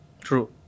True